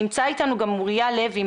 נמצאת איתנו גם אוריה לוי,